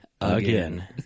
again